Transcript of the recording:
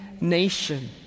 nation